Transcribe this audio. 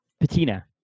patina